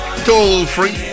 Toll-free